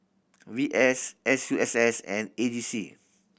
V S S U S S and A G C